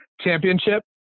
championship